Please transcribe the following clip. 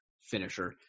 finisher